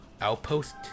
outpost